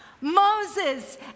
Moses